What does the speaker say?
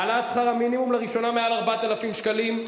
העלאת שכר המינימום לראשונה מעל 4,000 שקלים,